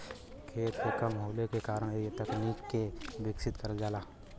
खेत के कम होले के कारण से तकनीक के विकसित करल जाला